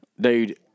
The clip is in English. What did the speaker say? Dude